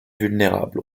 vulnérable